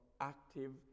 active